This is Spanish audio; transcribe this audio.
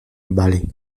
vale